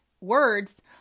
words